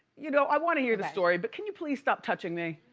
you know, i want to hear the story but can you please stop touching me?